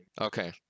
Okay